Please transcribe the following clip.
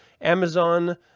Amazon